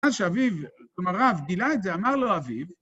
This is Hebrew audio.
עד שאביו, כלומר רב גלעד אמר לו, אביו,